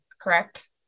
correct